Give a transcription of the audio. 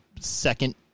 second